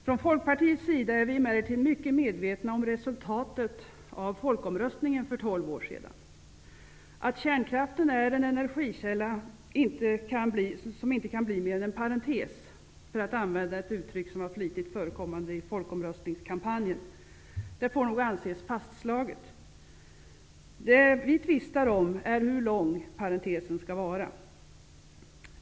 Från Folkpartiets sida är vi emellertid mycket medvetna om resultatet av folkomröstningen för tolv år sedan. Att kärnkraften som energikälla inte kan bli mer än en parentes -- för att använda ett uttryck som var flitigt förekommande i folkomröstningskampanjen -- får nog anses fastslaget. Det vi tvistar om är hur lång parentesen skall vara.